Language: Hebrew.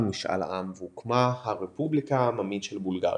משאל עם והוקמה הרפובליקה העממית של בולגריה.